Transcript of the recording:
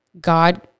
God